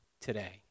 today